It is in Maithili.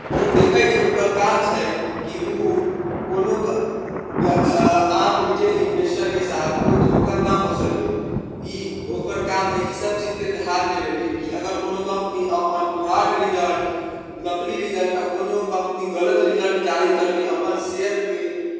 ओ देखै छै ओकर काम छै कि ओ कोनो आम रिटेल इन्वेस्टरके साथ कोइ धोखा नहि हो सकै ई ओकर काम हइ ईसब चीजके धिआन देबैके कि अगर कोनो कम्पनी अपन फ्रॉड रिजल्ट नकली रिजल्ट या कोनो कम्पनी फ्रॉड रिजल्ट जारी करिके अपन शेयरके